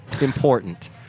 important